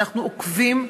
אנחנו עוקבים,